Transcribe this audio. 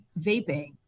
vaping